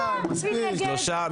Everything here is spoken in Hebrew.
שלושה.